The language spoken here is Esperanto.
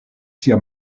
sia